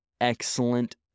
excellent